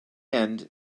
end